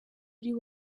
uri